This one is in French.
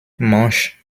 manche